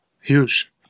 huge